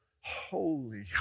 holy